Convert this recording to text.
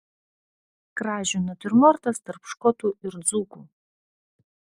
kražių natiurmortas tarp škotų ir dzūkų